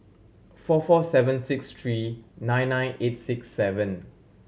four four seven six three nine nine eight six seven